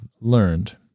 learned